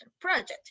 Project